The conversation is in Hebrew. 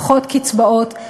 פחות קצבאות,